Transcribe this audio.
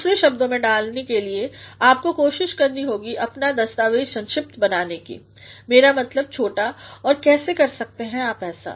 दुसरे शब्दों में डालने के लिए आपको कोशिश करनी होगी अपना दस्तावेज संक्षिप्त बनाने की मेरा मतलब छोटा और कैसे कर सकते हैं आप ऐसा